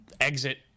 exit